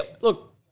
look